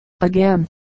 again